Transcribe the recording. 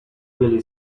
really